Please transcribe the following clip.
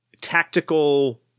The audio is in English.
tactical